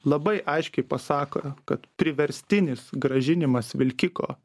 labai aiškiai pasako kad priverstinis grąžinimas vilkiko